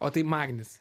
o tai magnis